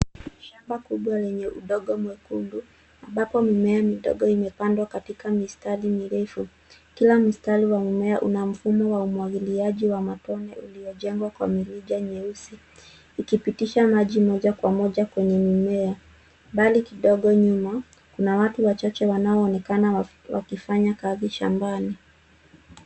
Shamba kubwa lenye udongo mwekundu ambapo mimea midogo imepandwa katika mistari mirefu. Kila mstari wa mimea una mfumo wa umwagiliaji wa matone uliojengwa kwa mirija nyeusi ikipitisha maji moja kwa moja kwenye mimea. Mbali kidogo nyuma, kuna watu wachache wanaonekana wakifanya kazi shambani.